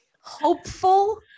Hopeful